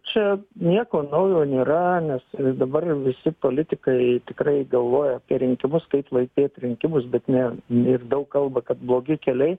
čia nieko naujo nėra nes ir dabar ir visi politikai tikrai galvoja apie rinkimus kaip laimėt rinkimus bet ne ir daug kalba kad blogi keliai